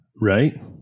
Right